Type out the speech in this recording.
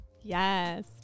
Yes